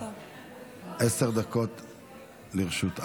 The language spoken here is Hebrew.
התשפ"ג 2023,